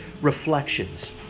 reflections